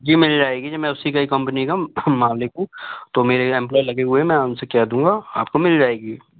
जी मिल जाएगी मैं उसी का ही कंपनी का मालिक हूँ तो मेरे एम्प्लोई लगे हुए हैं मैं उन से कह दूँगा आपको मिल जाएगी